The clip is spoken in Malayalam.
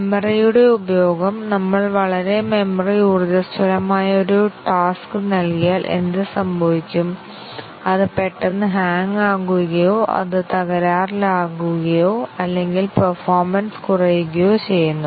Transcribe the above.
മെമ്മറിയുടെ ഉപയോഗം നമ്മൾ വളരെ മെമ്മറി ഊർജ്ജസ്വലമായ ഒരു ടാസ്ക് നൽകിയാൽ എന്ത് സംഭവിക്കും അത് പെട്ടെന്ന് ഹാങ് ആകുകയോ അത് തകരാറിലാകുകയോ അല്ലെങ്കിൽ പേർഫോമെൻസ് കുറയുകയോ ചെയ്യുന്നു